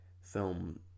film